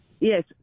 Yes